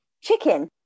chicken